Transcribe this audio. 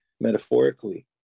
metaphorically